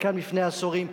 חלקם לפני עשורים,